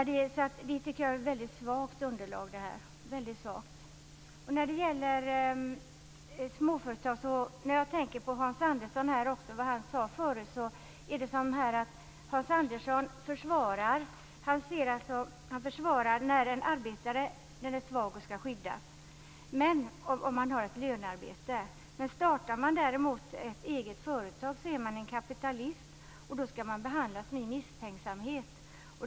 Det tycker jag är ett mycket svagt underlag. När jag tänker på vad Hans Andersson sade förut är det som om Hans Andersson försvarar en arbetare när han är svag och skall skyddas, om han har ett lönearbete. Startar man däremot ett eget företag är man en kapitalist, och då skall man behandlas med misstänksamhet.